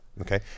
okay